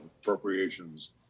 appropriations